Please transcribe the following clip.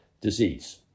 disease